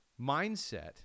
mindset